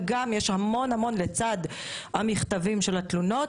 וגם יש המון לצד המכתבים של התלונות,